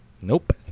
Nope